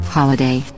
Holiday